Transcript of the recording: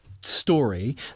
story